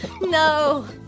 no